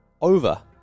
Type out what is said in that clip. over